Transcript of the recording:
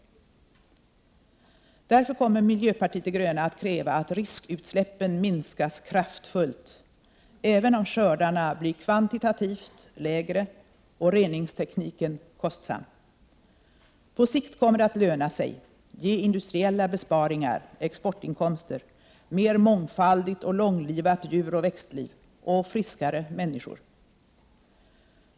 19 oktober 1988 Därför kommer miljöpartiet de gröna att kräva att riskutsläppen minskas kraftfullt, även om skördarna blir kvantitativt mindre och reningstekniken blir kostsam. På sikt kommer det att löna sig — ge industriella besparingar, exportinkomster, mer mångfaldigt och långlivat djuroch växtliv och friskare människor.